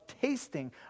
tasting